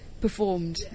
performed